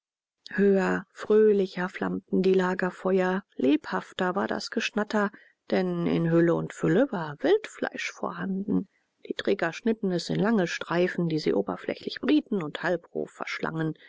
höher fröhlicher flammten die lagerfeuer lebhafter war das geschnatter denn in hülle und fülle war wildfleisch vorhanden die träger schnitten es in lange streifen die sie oberflächlich brieten und halbroh verschlangen